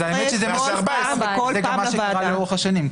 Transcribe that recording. האמת שזה גם מה שקרה לאורך השנים.